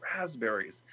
raspberries